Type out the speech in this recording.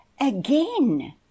again